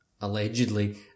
allegedly